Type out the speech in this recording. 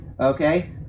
Okay